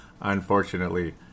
unfortunately